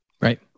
Right